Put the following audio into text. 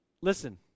Listen